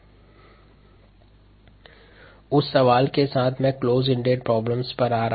सन्दर्भ समय 0920 close ended समस्या के समाधान पर आते है